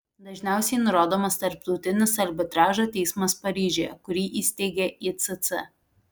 dažniausiai nurodomas tarptautinis arbitražo teismas paryžiuje kurį įsteigė icc